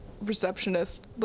receptionist